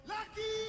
Lucky